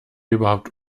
überhaupt